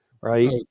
Right